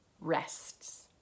rests